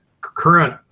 current